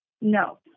No